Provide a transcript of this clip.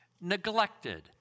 neglected